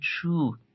true